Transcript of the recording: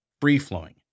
free-flowing